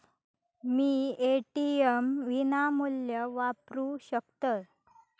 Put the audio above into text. मी ATM विनामूल्य वापरू शकतय?